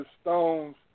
stones